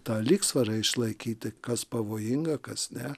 tą lygsvarą išlaikyti kas pavojinga kas ne